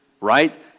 right